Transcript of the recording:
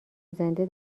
زنده